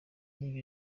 niba